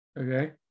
Okay